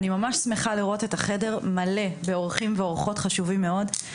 אני ממש שמחה לראות את החדר מלא באורחים ואורחות חשובים מאוד.